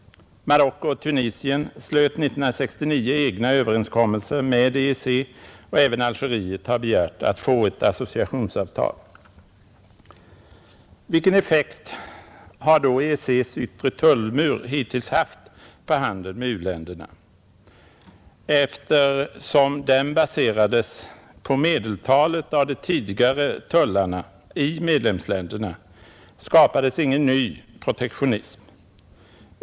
Marocko och Tunisien slöt 1969 egna överenskommelser med EEC, och även Algeriet har begärt att få ett associationsavtal, Vilken effekt har då EEC:s yttre tullmur hittills haft på handeln med u-länderna? Eftersom den baserades på medeltalet av de tidigare tullarna i medlemsländerna skapades ingen ny protektionism.